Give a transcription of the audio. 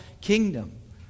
kingdom